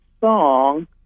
song